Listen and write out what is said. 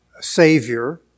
Savior